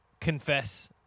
confess